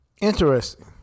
Interesting